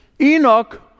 Enoch